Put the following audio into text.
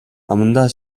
амандаа